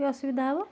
କି ଅସୁବିଧା ହେବ